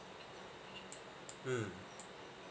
mm